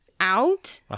out